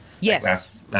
Yes